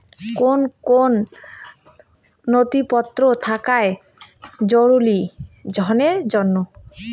কোন কোন নথিপত্র থাকা জরুরি ঋণের জন্য?